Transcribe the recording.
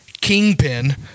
Kingpin